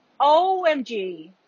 OMG